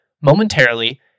momentarily